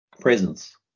presence